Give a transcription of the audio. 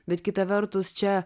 bet kita vertus čia